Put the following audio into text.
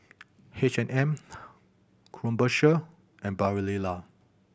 H and M Krombacher and Barilla